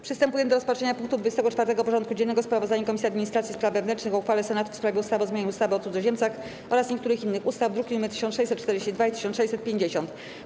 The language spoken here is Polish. Przystępujemy do rozpatrzenia punktu 24. porządku dziennego: Sprawozdanie Komisji Administracji i Spraw Wewnętrznych o uchwale Senatu w sprawie ustawy o zmianie ustawy o cudzoziemcach oraz niektórych innych ustaw (druki nr 1642 i 1650)